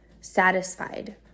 satisfied